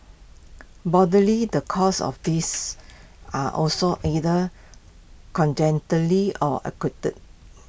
broadly the causes of this are also either or acquired